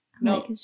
No